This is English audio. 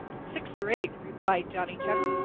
six or eight, replied johnny chuck.